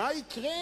מה יקרה,